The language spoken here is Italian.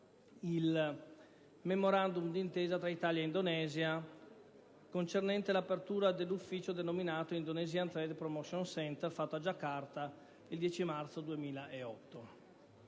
il Memorandum d'intesa tra Italia e Indonesia concernente l'apertura dell'ufficio denominato *Indonesian Trade Promotion Center*, fatto a Jakarta il 10 marzo 2008.